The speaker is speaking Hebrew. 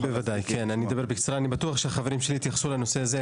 אני בטוח שהחברים שלי יתייחסו לנושא הזה,